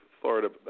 Florida